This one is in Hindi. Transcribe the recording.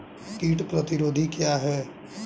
कीट प्रतिरोधी क्या है?